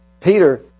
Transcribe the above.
Peter